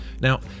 Now